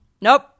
Nope